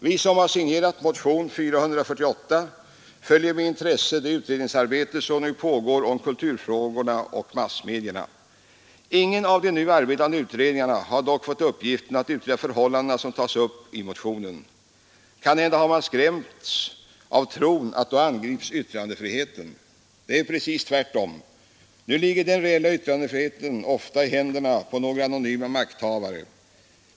Vi som har signerat motionen 448 följer med intresse det utredningsarbete som pågår om kulturfrågorna och om massmedierna. Ingen av de nu arbetande utredningarna har dock fått uppgiften att utreda de förhållanden som tas upp i motionen. Kanhända har man skrämts av tron att då angripa yttrandefriheten. Det är precis tvärtom. Nu ligger den reella yttrandefriheten ofta i händerna på några anonyma makthavare.